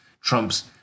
Trump's